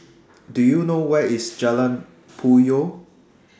Do YOU know Where IS Jalan Puyoh